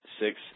six